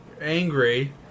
Angry